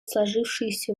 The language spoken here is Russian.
сложившуюся